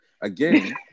Again